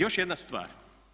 Još jedna stvar.